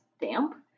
damp